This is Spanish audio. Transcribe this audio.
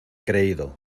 creído